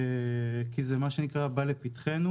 כי זה בא לפתחנו.